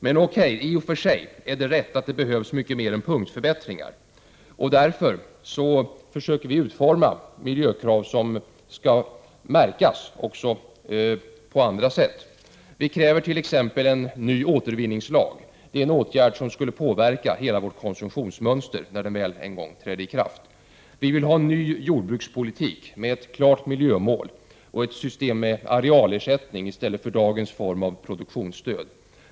Men det är i och för sig rätt att det behövs mycket mer än punktförbättringar. Därför försöker vi utforma miljökrav som skall märkas också på andra sätt. Därför kräver vi t.ex. en ny återvinningslag. Det är en åtgärd som skulle påverka hela vårt konsumtionsmönster. Vi vill ha en ny jordbrukspolitik med ett klart miljömål och ett system med arealersättning i stället för dagens form av produktionsstöd.